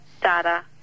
Data